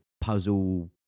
puzzle